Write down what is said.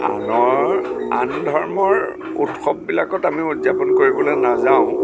আনৰ আন ধৰ্মৰ উৎসৱবিলাকত আমি উদযাপন কৰিবলৈ নাযাওঁ